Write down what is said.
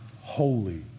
holy